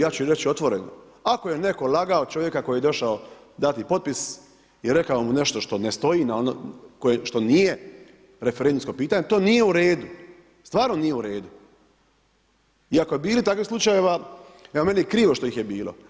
Ja ću reći otvoreno, ako je netko lagao čovjeka koji je došao dati potpis i rekao mu nešto što ne stoji, što nije referendumsko pitanje to nije u redu, stvarno nije u redu i ako je bilo takvih slučajeva evo meni je krivo što ih je bilo.